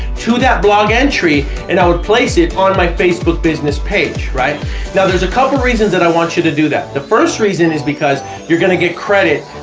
to that blog entry and i would place it on my facebook business page. now there's a couple reasons that i want you to do that, the first reason is because you're going to get credit